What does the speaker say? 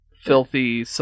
filthy